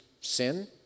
sin